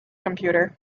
computer